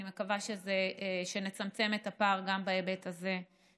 אני מקווה שנצמצם את הפער גם בהיבט הזה בקרוב.